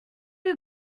you